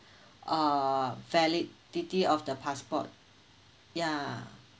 uh validity of the passport ya